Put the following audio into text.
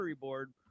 board